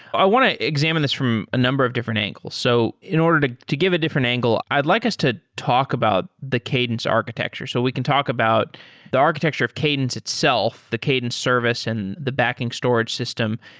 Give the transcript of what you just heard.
i want to examine this from a number of different angles. so in order to to give a different angle, i'd like us to talk about the cadence architecture. so we can talk about the architecture of cadence itself, the cadence service and the backing storage system.